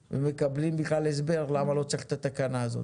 ומקבלים בכלל הסבר למה לא צריך את התקנה הזאת.